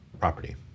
property